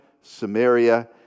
Samaria